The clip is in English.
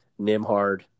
Nimhard